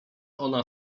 ona